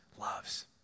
loves